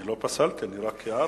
אני לא פסלתי, אני רק הערתי.